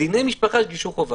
בדיני משפחה יש גישור חובה.